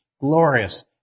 glorious